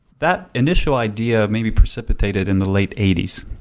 that initial idea of maybe precipitated in the late eighty s.